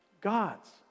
God's